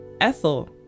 Ethel